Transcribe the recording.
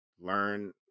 learn